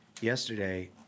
yesterday